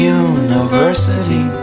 university